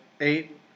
eight